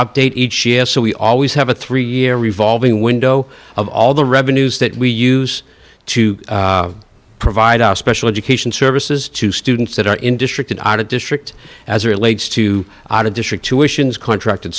update each year so we always have a three year revolving window of all the revenues that we use to provide our special education services to students that are in district and out of district as relates to out of district tuitions contracted